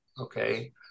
okay